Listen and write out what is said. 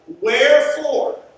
Wherefore